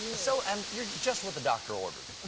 so and you're just what the doctor ordered.